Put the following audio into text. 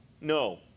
No